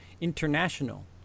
International